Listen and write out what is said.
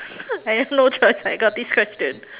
I have no choice I got this question